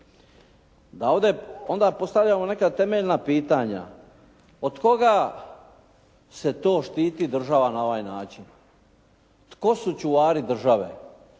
da ovdje onda postavljamo neka temeljna pitanja. Od koga se to štiti država na ovaj način? Tko su čuvari države?